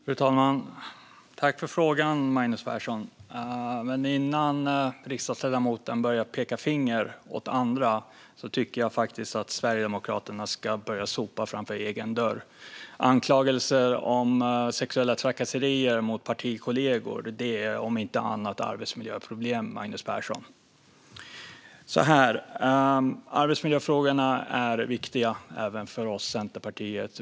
Fru talman! Jag tackar Magnus Persson för frågan. Men innan riksdagsledamoten börjar peka finger åt andra tycker jag faktiskt att Sverigedemokraterna ska börja sopa framför egen dörr. Anklagelser om sexuella trakasserier mot partikollegor är om inte annat arbetsmiljöproblem, Magnus Persson. Arbetsmiljöfrågorna är viktiga även för oss i Centerpartiet.